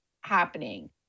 happening